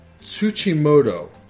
Tsuchimoto